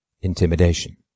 intimidation